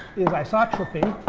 is isotropy,